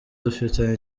dufitanye